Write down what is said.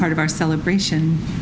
part of our celebration